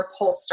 Polster